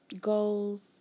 goals